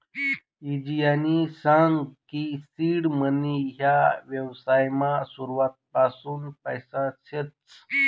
ईजयनी सांग की सीड मनी ह्या व्यवसायमा सुरुवातपासून पैसा शेतस